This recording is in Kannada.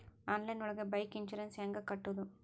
ಆನ್ಲೈನ್ ಒಳಗೆ ಬೈಕ್ ಇನ್ಸೂರೆನ್ಸ್ ಹ್ಯಾಂಗ್ ಕಟ್ಟುದು?